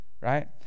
right